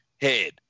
head